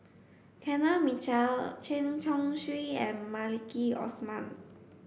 Kenneth Mitchell Chen Chong Swee and Maliki Osman